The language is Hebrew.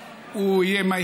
אין בו שום היגיון.